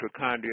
mitochondria